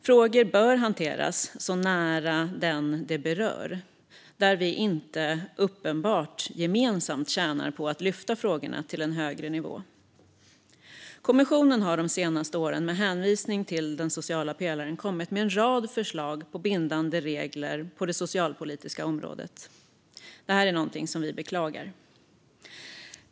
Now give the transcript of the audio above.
Frågor bör hanteras så nära den de berör som möjligt när vi inte uppenbart gemensamt tjänar på att lyfta frågorna till en högre nivå. Kommissionen har de senaste åren med hänvisning till den sociala pelaren kommit med en rad förslag på bindande regler på det socialpolitiska området. Det här är något som vi beklagar.